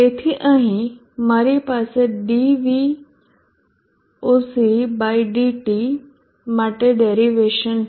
તેથી અહીં મારી પાસે dVOCdT માટે ડેરીવેશન છે